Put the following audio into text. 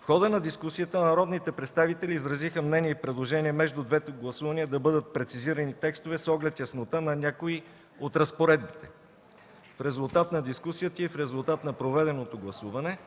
В хода на дискусията народните представители изразиха мнения и предложения между двете гласувания да бъдат прецизирани текстове с оглед яснота на някои от разпоредбите. В резултат на дискусията и в резултат на проведеното гласуване,